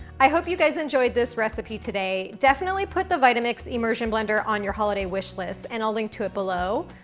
i hope you guys enjoyed this recipe today. definitely put the vitamix immersion blender on your holiday wishlist, and i'll link to it below.